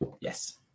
yes